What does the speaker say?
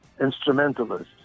instrumentalists